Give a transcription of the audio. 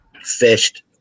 Fished